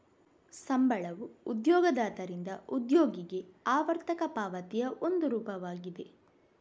ಸಂಬಳವು ಉದ್ಯೋಗದಾತರಿಂದ ಉದ್ಯೋಗಿಗೆ ಆವರ್ತಕ ಪಾವತಿಯ ಒಂದು ರೂಪವಾಗಿದೆ